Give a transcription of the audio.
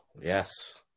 yes